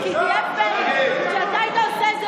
למה, בבקשה,